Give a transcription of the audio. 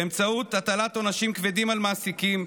באמצעות הטלת עונשים כבדים על מעסיקים,